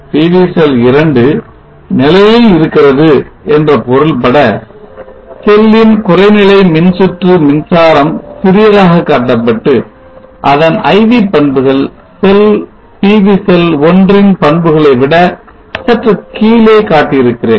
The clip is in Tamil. PV செல் 2 நிழலில் இருக்கிறது என்ற பொருள்பட செல்லின் குறை நிலை மின்சுற்று மின்சாரம் சிறியதாக காட்டப்பட்டு அதன் IV பண்புகள் PV செல் 1 ன் பண்புகளை விட சற்று கீழே காட்டி இருக்கிறேன்